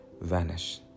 vanish